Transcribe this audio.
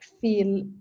feel